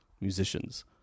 musicians